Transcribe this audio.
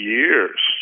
years